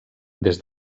des